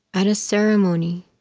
at a ceremony